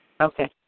okay